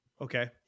okay